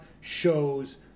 shows